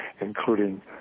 including